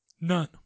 None